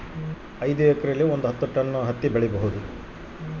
ಐದು ಎಕರೆಯಲ್ಲಿ ಎಷ್ಟು ಹತ್ತಿ ಬೆಳೆಯಬಹುದು?